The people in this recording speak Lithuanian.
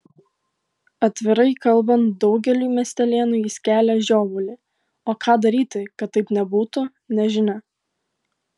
atvirai kalbant daugeliui miestelėnų jis kelia žiovulį o ką daryti kad taip nebūtų nežinia